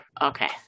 Okay